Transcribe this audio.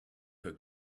her